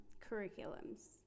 curriculums